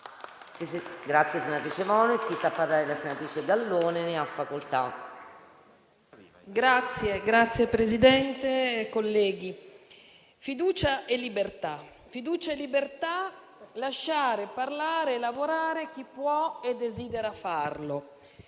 Signor Presidente, colleghi, «fiducia e libertà»; lasciar parlare e lavorare chi può e desidera farlo;